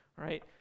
Right